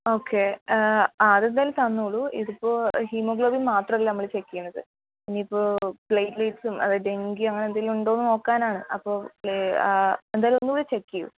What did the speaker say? okay ആ അതെന്തായാലും തന്നോളൂ ഇതിപ്പോൾ ഹീമോഗ്ലോബിൻ മാത്രം അല്ല നമ്മൾ ചെക്ക് ചെയ്യുന്നത് ഇനി ഇപ്പോൾ പ്ലേറ്റ്ലേസും ഇനി ഡെങ്കിയോ അങ്ങനെ എന്തെങ്കിലും ഉണ്ടോന്ന് നോക്കാൻ ആണ് എന്തായാലും ഒന്നും കൂടി ചെക്ക് ചെയ്യൂ